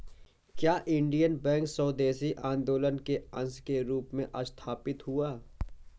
क्या Indian bank स्वदेशी आंदोलन के अंश के रूप में स्थापित हुआ?